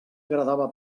agradava